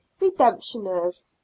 redemptioners